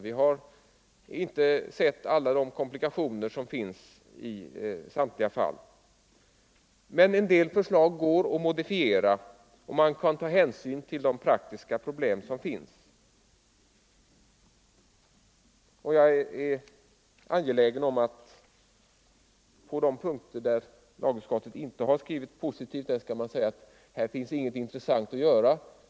Vi har inte sett alla de komplikationer som finns i olika fall. Men en del förslag går att modifiera, och man kan ta hänsyn till de praktiska problem som finns. Jag är angelägen om att man inte på de punkter där lagutskottet inte har skrivit positivt skall säga att här finns det inte något intressant att göra.